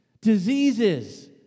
diseases